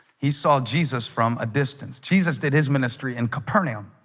he saw jesus from a distance jesus did his ministry in capernaum